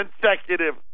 consecutive